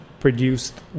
Produced